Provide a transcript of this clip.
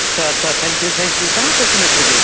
अच्छा अच्छा thank you thank you कहाँ पर सुने थे जो